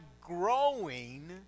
growing